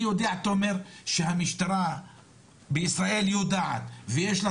אני יודע שהמשטרה בישראל יודעת ויש לה